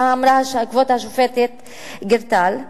מה אמרה כבוד השופטת גרטל?